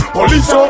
Police